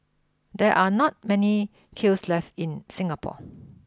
there are not many kilns left in Singapore